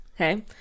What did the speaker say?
okay